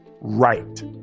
Right